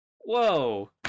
Whoa